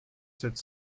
sept